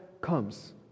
comes